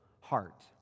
heart